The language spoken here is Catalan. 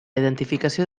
identificació